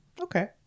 Okay